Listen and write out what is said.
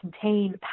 contain